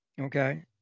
okay